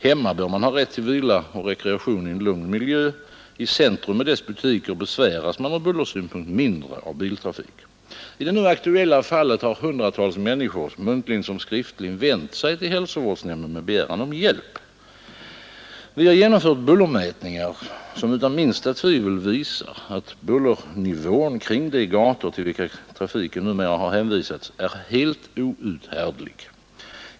Hemma bör man ha rätt till vila och rekreation i en lugn miljö. I centrum med dess butiker besväras man ur bullersynpunkt mindre av biltrafiken. I det nu aktuella fallet har hundratals människor, muntligen som skriftligen, vänt sig till hälsovårdsnämnden med begäran om hjälp. Vi har genomfört bullermätningar, som utan minsta tvivel visar att bullernivån kring de gator, till vilka trafiken efter omläggningen hänvisats, är helt outhärdlig.